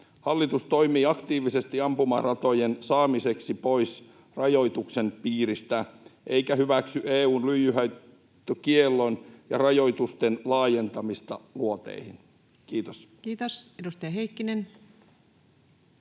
Hallitus toimii aktiivisesti ampumaratojen saamiseksi pois rajoituksen piiristä eikä hyväksy EU:n lyijyhaulikiellon ja -rajoitusten laajentamista luoteihin. — Kiitos. Kiitos. — Edustaja Heikkinen.